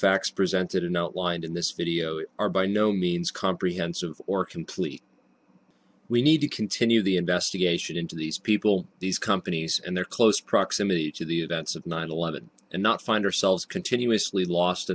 facts presented in outlined in this video are by no means comprehensive or complete we need to continue the investigation into these people these companies and their close proximity to the that's nine eleven and not find ourselves continuously lost